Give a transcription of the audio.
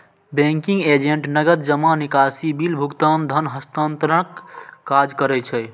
banking agent नकद जमा, निकासी, बिल भुगतान, धन हस्तांतरणक काज करै छै